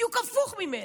בדיוק הפוך ממנה,